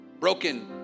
Broken